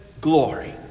glory